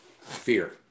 fear